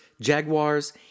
jaguars